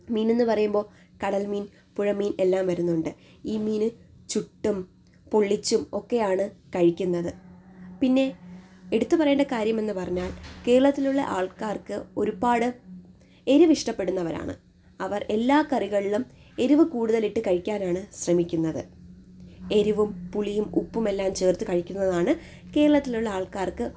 മീനെന്ന് പറയുമ്പം കടല്മീന് പുഴമീന് എല്ലാം വരുന്നുണ്ട് ഈ മീൻ ചുട്ടും പൊള്ളിച്ചും ഒക്കെയാണ് കഴിക്കുന്നത് പിന്നെ എടുത്തു പറയേണ്ട കാര്യം എന്ന് പറഞ്ഞാൽ കേരളത്തിലുള്ള ആൾക്കാർക്ക് ഒരുപാട് എരിവ് ഇഷ്ടപ്പെടുന്നവരാണ് അവർ എല്ലാ കറികൾളും എരിവ് കൂടുതൽ ഇട്ടു കഴിക്കാനാണ് ശ്രമിക്കുന്നത് എരിവും പുളിയും ഉപ്പും എല്ലാം ചേര്ത്ത് കഴിക്കുന്നതാണ് കേരളത്തിലുള്ള ആള്ക്കാര്ക്ക്